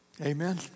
Amen